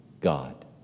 God